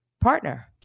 partner